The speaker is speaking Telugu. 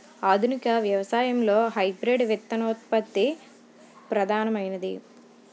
ఆధునిక వ్యవసాయంలో హైబ్రిడ్ విత్తనోత్పత్తి ప్రధానమైనది